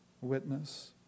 witness